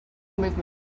movement